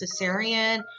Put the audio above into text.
cesarean